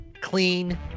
clean